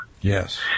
Yes